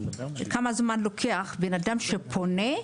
כמה זמן לוקח לבנאדם שפונה,